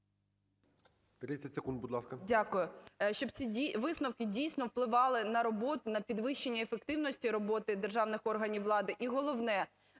Щоб ці висновки, дійсно, впливали на роботу, на підвищення ефективності роботи державних органів влади. І головне.